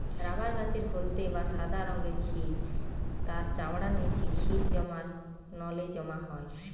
rubber গাছের হলদে বা সাদা রঙের ক্ষীর তার চামড়ার নিচে ক্ষীর জমার নলে জমা হয়